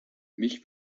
mich